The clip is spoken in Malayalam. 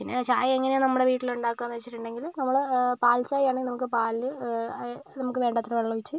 പിന്നെ ചായ എങ്ങനെയാണ് നമ്മുടെ വീട്ടിൽ ഉണ്ടാക്കുക എന്ന് വെച്ചിട്ടുണ്ടെങ്കിൽ നമ്മൾ പാൽ ചായ ആണെങ്കിൽ നമുക്ക് പാല് നമുക്ക് വേണ്ടത്ര വെള്ളമൊഴിച്ച്